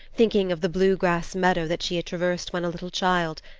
thinking of the blue-grass meadow that she had traversed when a little child,